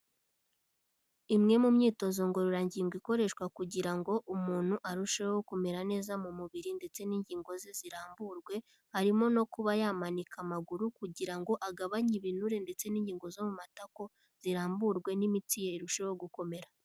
Imwe mu myitozo ngororangingo ikoreshwa kugira ngo umuntu arusheho kumera neza mu mubiri ndetse n'ingingo ze ziramburwe, harimo no kuba yamanika amaguru kugira ngo agabanye ibinure ndetse n'ingingo zo mu matako ziramburwe n'imitsi ye irusheho gukomera.